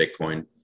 Bitcoin